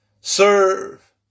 serve